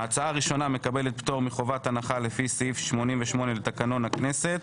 ההצעה הראשונה מקבלת פטור מחובת הנחה לפי סעיף 88 בתקנון הכנסת.